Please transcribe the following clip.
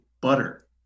Butter